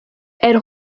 elle